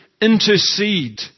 intercede